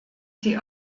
sie